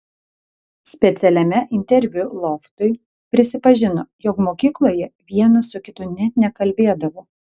specialiame interviu loftui prisipažino jog mokykloje vienas su kitu net nekalbėdavo